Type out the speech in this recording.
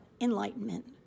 enlightenment